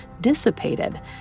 dissipated